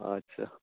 আচ্ছা